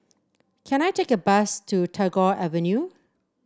can I take a bus to Tagore Avenue